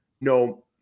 no